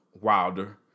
wilder